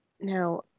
now